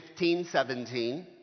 1517